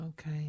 Okay